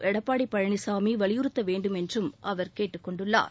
எடப்பாடி பழனிசாமி வலியுறுத்தவேண்டுமென்றும் அவர் கேட்டுக் கொண்டுள்ளார்